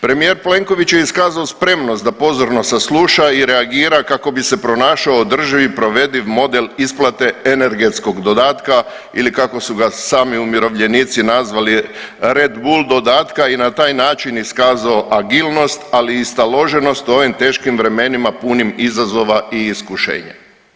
Premijer Plenković je iskazao spremnost da pozorno sasluša i reagira kako bi se pronašao održivi i provediv model isplate energetskog dodatka ili kako su ga sami umirovljenici nazvali, Red Bull dodatka i na taj način iskazao agilnost, ali i staloženost u ovim teškim vremenima punim izazova i iskušenja.